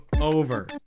over